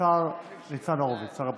השר ניצן הורוביץ, שר הבריאות.